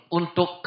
untuk